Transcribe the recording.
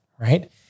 right